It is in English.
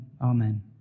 Amen